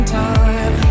time